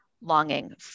longing